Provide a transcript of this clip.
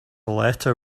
letter